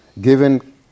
given